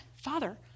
Father